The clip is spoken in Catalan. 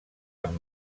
amb